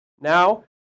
now